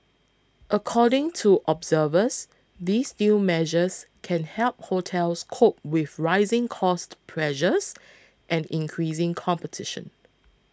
according to observers these new measures can help hotels cope with rising cost pressures and increasing competition